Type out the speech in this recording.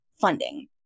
funding